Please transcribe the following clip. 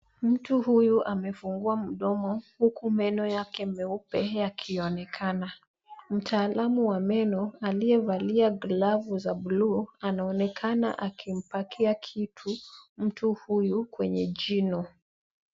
Mtu huyu amefungua mdomo huku meno yake meupe yakionekana. Mtaalamu wa meno aliyevalia glavu za buluu anaonekana akimpakia kitu myu huyu kwenye jino.